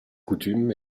coutume